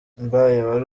mbaye